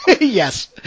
Yes